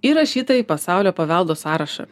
įrašyta į pasaulio paveldo sąrašą